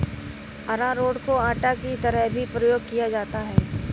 अरारोट को आटा की तरह भी प्रयोग किया जाता है